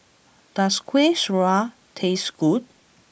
does Kueh Syara taste good